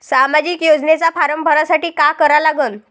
सामाजिक योजनेचा फारम भरासाठी का करा लागन?